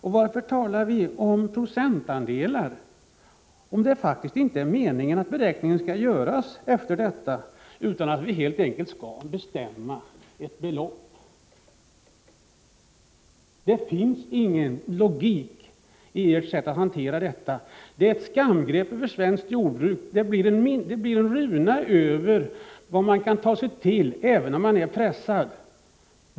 Och varför talar vi om procentandelar, om det inte är meningen att beräkningen faktiskt skall göras på det sättet utan man helt enkelt skall bestämma ett belopp? Det finns ingen logik i ert sätt att hantera detta. Det är ett skamgrepp om svenskt jordbruk. Det blir en runa över vad man kan ta sig till om man är pressad.